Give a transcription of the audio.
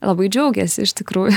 labai džiaugiasi iš tikrųjų